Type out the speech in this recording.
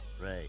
Right